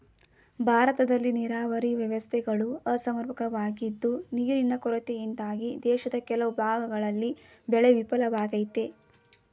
ಭಾರತದಲ್ಲಿ ನೀರಾವರಿ ವ್ಯವಸ್ಥೆಗಳು ಅಸಮರ್ಪಕವಾಗಿದ್ದು ನೀರಿನ ಕೊರತೆಯಿಂದಾಗಿ ದೇಶದ ಕೆಲವು ಭಾಗಗಳಲ್ಲಿ ಬೆಳೆ ವಿಫಲವಾಗಯ್ತೆ